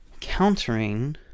countering